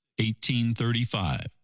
1835